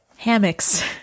Hammocks